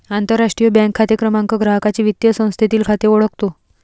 आंतरराष्ट्रीय बँक खाते क्रमांक ग्राहकाचे वित्तीय संस्थेतील खाते ओळखतो